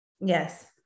yes